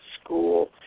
school